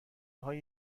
های